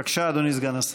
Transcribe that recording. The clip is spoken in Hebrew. בבקשה, אדוני סגן השר.